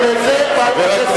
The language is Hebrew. הסביבה.